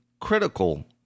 critical